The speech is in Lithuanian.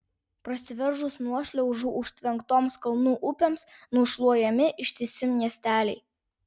prasiveržus nuošliaužų užtvenktoms kalnų upėms nušluojami ištisi miesteliai